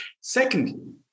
Secondly